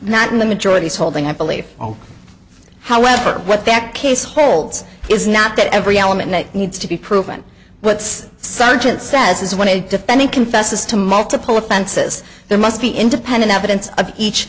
not in the majority is holding i believe however what that case holds is not that every element that needs to be proven what's sergeant says is when a defendant confesses to multiple offenses there must be independent evidence of each